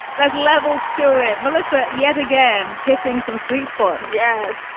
there's levels to it. melissa, yet again hitting some sweet spots. yes,